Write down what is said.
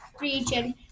region